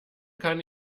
kann